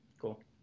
cool